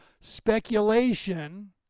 speculation